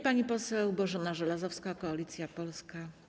Pani poseł Bożena Żelazowska, Koalicja Polska.